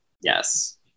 Yes